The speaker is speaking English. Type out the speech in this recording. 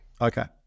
Okay